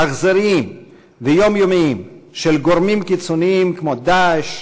אכזריים ויומיומיים של גורמים קיצוניים כמו "דאעש",